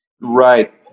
right